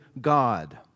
God